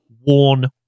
warn